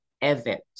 event